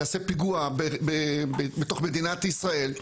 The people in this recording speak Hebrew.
יעשה פיגוע בתוך מדינת ישראל.